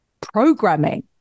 programming